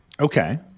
Okay